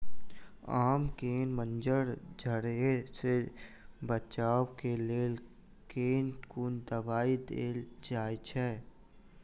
आम केँ मंजर झरके सऽ बचाब केँ लेल केँ कुन दवाई देल जाएँ छैय?